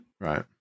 Right